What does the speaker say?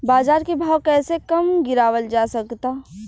बाज़ार के भाव कैसे कम गीरावल जा सकता?